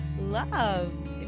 love